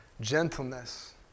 gentleness